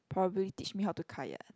probably teach me how to kayak